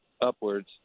upwards